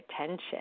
attention